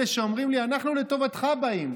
אלה שאומרים לי: אנחנו לטובתך באים,